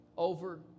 Over